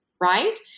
Right